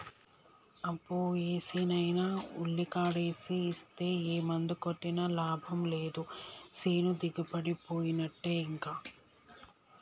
అబ్బో ఏసేనైనా ఉల్లికాడేసి ఇస్తే ఏ మందు కొట్టినా లాభం లేదు సేను దిగుబడిపోయినట్టే ఇంకా